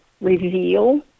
reveal